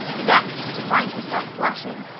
vexed to find herself blushing.